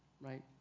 right